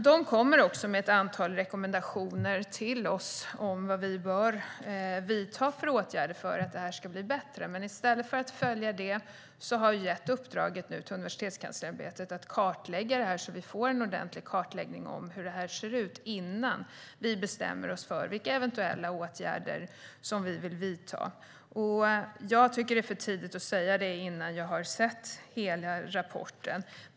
De kommer också med ett antal rekommendationer till oss om vad vi bör vidta för åtgärder för att detta ska bli bättre. Men i stället för att följa det har vi nu gett uppdraget till Universitetskanslersämbetet att kartlägga detta, så att vi får en ordentlig kartläggning av hur detta ser ut innan vi bestämmer oss för vilka eventuella åtgärder som vi vill vidta. Jag tycker att det är för tidigt att säga det innan jag har sett hela rapporten.